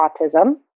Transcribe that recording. autism